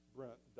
Brent